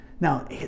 Now